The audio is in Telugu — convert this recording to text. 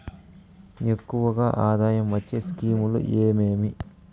ఎక్కువగా ఆదాయం వచ్చే స్కీమ్ లు ఏమేమీ?